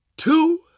Two